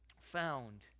found